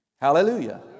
Hallelujah